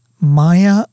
Maya